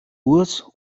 urs